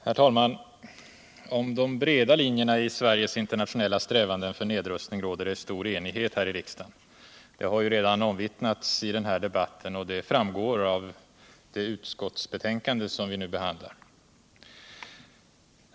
Herr talman! Om de breda linjerna i Sveriges internationella strävanden för nedrustning råder det stor enighet här i riksdagen. Det har redan omvittnats i den här debatten, och det framgår av det utskottsbetänkande som vi nu behandlar.